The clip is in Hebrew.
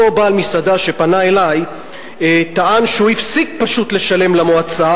אותו בעל מסעדה שפנה אלי טען שהוא הפסיק פשוט לשלם למועצה,